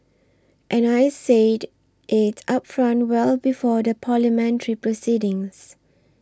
and I said it upfront well before the Parliamentary proceedings